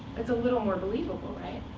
it's a little more believable, right?